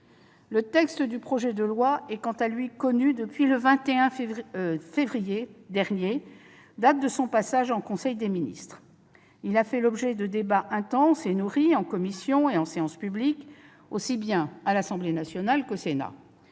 Le projet de loi est, quant à lui, connu depuis le 21 février dernier, date de son passage en conseil des ministres. Il a fait l'objet de débats intenses et nourris en commission et en séance publique, aussi bien à l'Assemblée nationale qu'au Sénat.